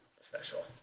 special